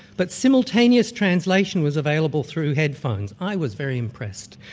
but simultaneous translation was available through headphones. i was very impressed.